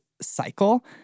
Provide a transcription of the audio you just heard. cycle